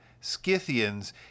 Scythians